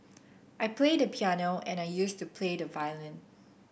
I play the piano and I used to play the violin